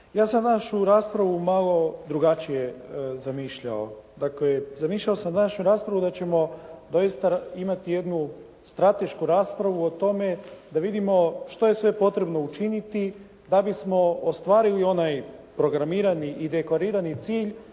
Ja sam današnju raspravu malo drugačije zamišljao. Dakle zamišljao sam današnju raspravu da ćemo doista imati jednu stratešku raspravu o tome da vidimo što je sve potrebno učiniti da bismo ostvarili onaj programirani i deklarirani cilj